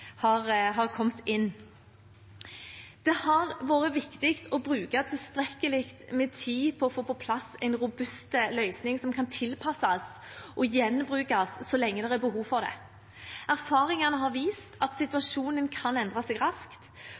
har kommet inn. Det har vært viktig å bruke tilstrekkelig med tid på å få på plass en robust løsning som kan tilpasses og gjenbrukes så lenge det er behov for det. Erfaringene har vist at situasjonen kan endre seg raskt.